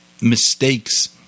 mistakes